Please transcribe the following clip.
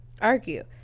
argue